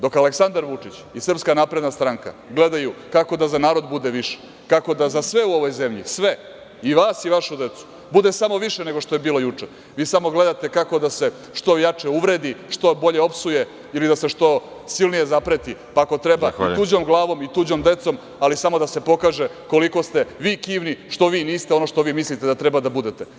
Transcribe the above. Dok Aleksandar Vučić i SNS gledaju kako da za narod bude više, kako da za sve u ovoj zemlji, sve, i vas i vašu decu, bude samo više nego što je bilo juče, vi samo gledate kako da se što jače uvrede, što bolje opsuje ili da se što silnije zapreti, pa ako treba i tuđom glavom i tuđom decom, ali samo da se pokaže koliko ste vi kivni što vi niste ono što vi mislite da treba da budete.